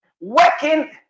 working